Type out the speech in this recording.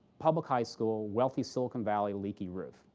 public high school, wealthy silicon valley, leaky roof.